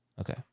Okay